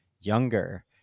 younger